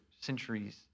centuries